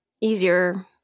easier